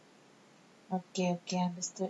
okay